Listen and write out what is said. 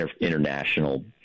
international